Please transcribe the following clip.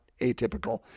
atypical